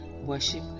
worship